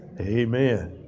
amen